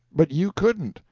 but you couldn't.